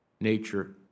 nature